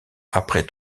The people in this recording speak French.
après